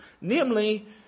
Namely